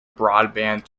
broadband